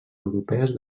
europees